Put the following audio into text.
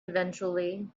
eventually